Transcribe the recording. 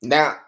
Now